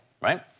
right